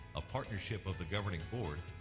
a partnership of the governing board,